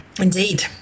Indeed